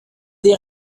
des